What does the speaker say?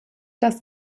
das